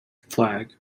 flag